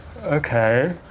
Okay